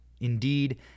Indeed